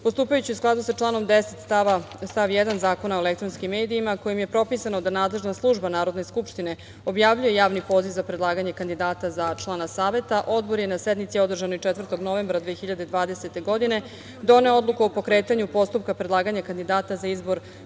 Postupajući u skladu sa članom 10. stav 1. Zakona o elektronskim medijima kojim je propisano da nadležna služba Narodne skupštine objavljuje javni poziv za predlaganje kandidata za člana Saveta, Odbor je na sednici održanoj 4. novembra 2020. godine, doneo odluku o pokretanju postupka predlaganja kandidata za izbor